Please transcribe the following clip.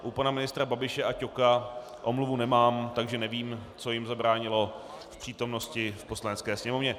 U pana ministra Babiše a Ťoka omluvu nemám, takže nevím, co jim zabránilo v přítomnosti v Poslanecké sněmovně.